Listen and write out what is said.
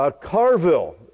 Carville